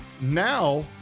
Now